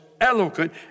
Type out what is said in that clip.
eloquent